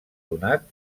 donat